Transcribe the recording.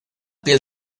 piel